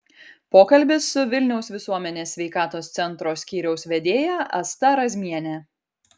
pokalbis su vilniaus visuomenės sveikatos centro skyriaus vedėja asta razmiene